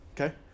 Okay